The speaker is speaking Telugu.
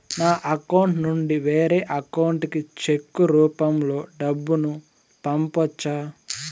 నా అకౌంట్ నుండి వేరే అకౌంట్ కి చెక్కు రూపం లో డబ్బును పంపొచ్చా?